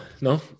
no